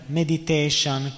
meditation